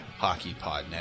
HockeyPodNet